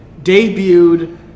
debuted